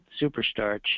superstarch